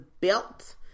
belt